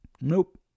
nope